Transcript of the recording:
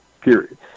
period